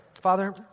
Father